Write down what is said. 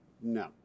no